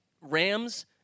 Rams